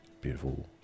beautiful